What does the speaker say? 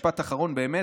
משפט אחרון באמת.